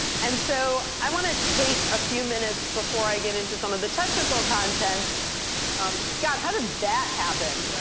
and so i want to take a few minutes before i get into some of the technical content um god, how did that happen?